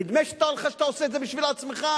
נדמה לך שאתה עושה את זה בשביל עצמך,